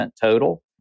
total